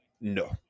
no